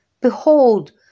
Behold